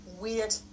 weird